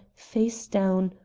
face down,